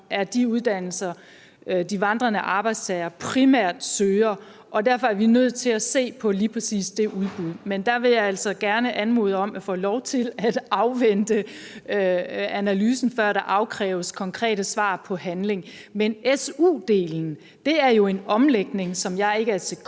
af de uddannelser, som de vandrende arbejdstagere primært søger, og derfor er vi nødt til at se på lige præcis det udbud. Men der vil jeg altså gerne anmode om at få lov til at afvente analysen, før der afkræves konkrete svar på handling. Men SU-delen er jo en omlægning, som jeg ikke er et